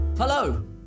Hello